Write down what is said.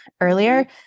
earlier